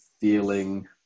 feeling